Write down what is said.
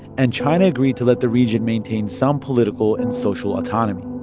and china agreed to let the region maintain some political and social autonomy.